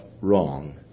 wrong